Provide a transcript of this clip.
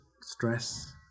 stress